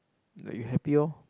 the you happy orh